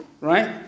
Right